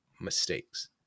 mistakes